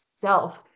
self